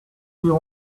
you